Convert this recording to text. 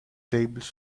tables